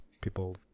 people